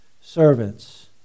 servants